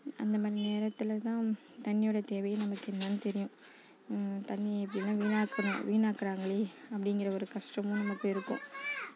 அந்த மாதிரி நேரத்தில் தான் தண்ணியோட தேவையும் நமக்கு என்னான்னு தெரியும் தண்ணி எப்படிலாம் வீணாக்கினோம் வீணாக்குகிறாங்களே அப்படிங்கிற ஒரு கஷ்டமும் நமக்கு இருக்கும்